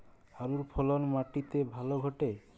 আলুর ফলন মাটি তে ভালো ঘটে?